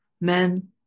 men